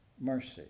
mercy